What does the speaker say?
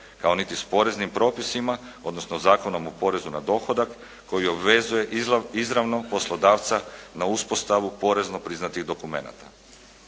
kao niti s poreznim propisima odnosno Zakon o porezu na dohodak koji obvezuje izravno poslodavca na uspostavu porezno priznatih dokumenata.